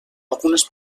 algunes